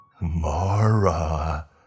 Mara